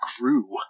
grew